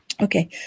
Okay